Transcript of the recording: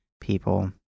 people